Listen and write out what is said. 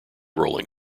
rolling